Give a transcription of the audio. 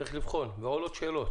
צריך לבחון ועולות שאלות